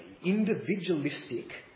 individualistic